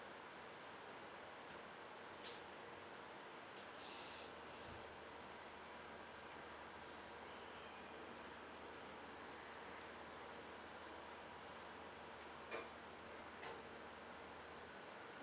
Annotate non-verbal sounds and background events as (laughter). (breath)